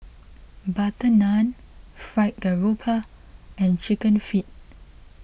Butter Naan Fried Garoupa and Chicken Feet